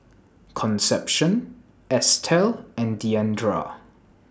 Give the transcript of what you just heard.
Concepcion Estell and Diandra